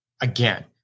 again